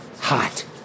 hot